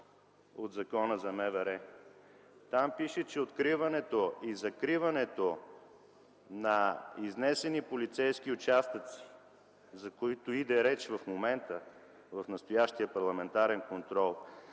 от Закона за МВР. Там пише, че откриването и закриването на изнесени полицейски участъци, за които иде реч в момента в настоящия парламентарен контрол,